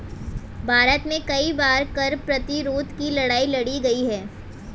भारत में कई बार कर प्रतिरोध की लड़ाई लड़ी गई है